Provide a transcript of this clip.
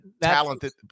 talented